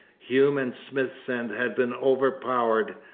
hume and smithsend had been overpowered,